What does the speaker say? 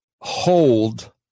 hold